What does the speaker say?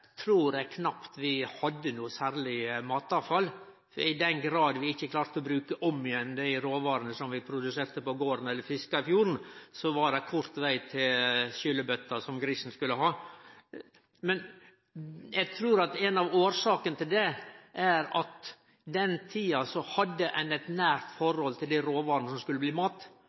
trur eg knapt vi hadde noko særleg matavfall. I den grad vi ikkje klarte å bruke om igjen dei råvarene vi produserte på garden eller fiska i fjorden, var det kort veg til skulerbøtta som grisen skulle ha. Eg trur at ei av årsakene til dette, er at i den tida hadde ein eit nært forhold til råvarene som skulle bli